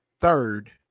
third